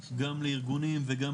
גם לארגונים וגם